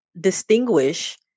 distinguish